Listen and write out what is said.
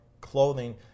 clothing